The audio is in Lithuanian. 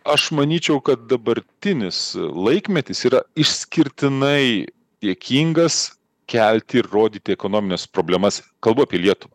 aš manyčiau kad dabartinis laikmetis yra išskirtinai dėkingas kelti ir rodyti ekonomines problemas kalbu apie lietuvą